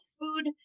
food